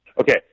Okay